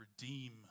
redeem